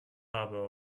harbor